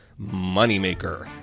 moneymaker